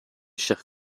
chers